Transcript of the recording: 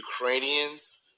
Ukrainians